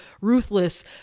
ruthless